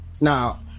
Now